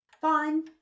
Fine